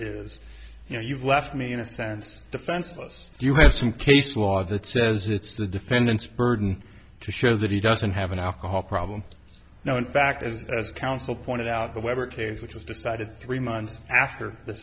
is you know you've left me in a sense defenseless you have some case law that says it's the defendant's burden to show that he doesn't have an alcohol problem now in fact as as counsel pointed out the weber case which was decided three months after the